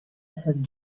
had